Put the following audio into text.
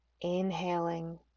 Inhaling